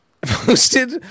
posted